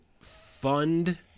fund